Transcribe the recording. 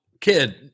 kid